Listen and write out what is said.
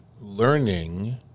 learning